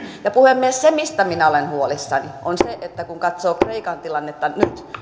syntyi puhemies se mistä minä olen huolissani on se että kun katsoo kreikan tilannetta nyt